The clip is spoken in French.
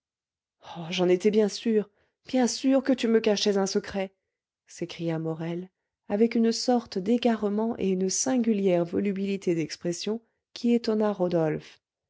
j'en étais bien sûr bien sûr que tu me cachais un secret s'écria morel avec une sorte d'égarement et une singulière volubilité d'expression qui étonna rodolphe